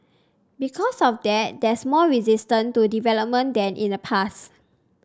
because of that there's more resistance to development than in the past